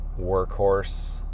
workhorse